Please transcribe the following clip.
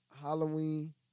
Halloween